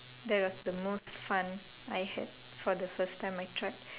that was the most fun I had for the first time I tried